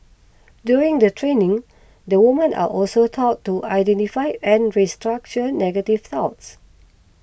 during the training the women are also taught to identify and restructure negative thoughts